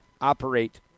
operate